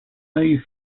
save